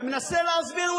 ומנסה להסביר.